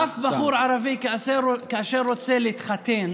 אף בחור ערבי, כאשר הוא רוצה להתחתן